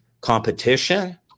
competition